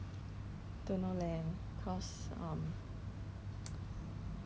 the mask the packaging of the box actually send to the value shop